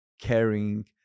caring